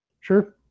Sure